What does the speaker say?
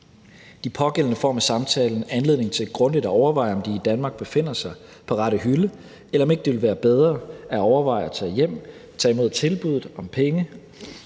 De pågældende får med samtalen anledning til grundigt at overveje, om de i Danmark befinder sig på rette hylde, eller om ikke det ville være bedre at overveje at tage hjem, tage imod tilbuddet om penge